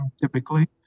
typically